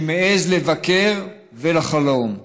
שמעז לבקר ולחלום.